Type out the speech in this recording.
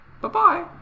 Bye-bye